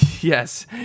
yes